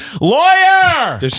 Lawyer